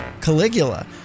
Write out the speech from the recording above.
Caligula